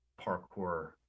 parkour